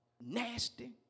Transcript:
nasty